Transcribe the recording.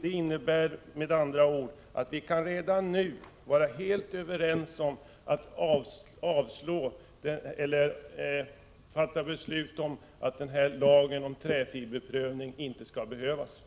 Det innebär med andra ord att vi redan nu borde kunna vara helt överens om att något beslut om en lag om träfiberprövning inte behövs.